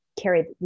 carried